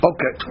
Okay